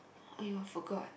!aiyo! forgot